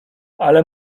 ale